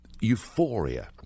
Euphoria